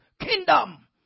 kingdom